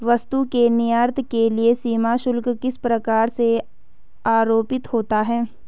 वस्तु के निर्यात के लिए सीमा शुल्क किस प्रकार से आरोपित होता है?